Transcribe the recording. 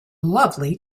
lovely